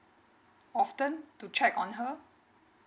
often to check on her